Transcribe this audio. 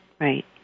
Right